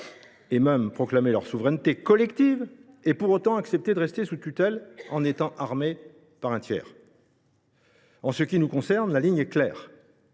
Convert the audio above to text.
voire proclamer leur souveraineté collective, tout en acceptant de rester sous tutelle, en étant armés par un tiers ? En ce qui nous concerne, la ligne est claire